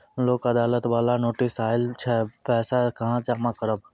लोक अदालत बाला नोटिस आयल छै पैसा कहां जमा करबऽ?